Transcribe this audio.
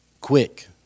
quick